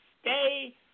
stay